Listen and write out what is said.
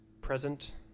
present